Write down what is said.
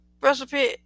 recipe